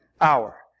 hour